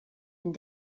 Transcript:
and